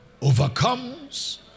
overcomes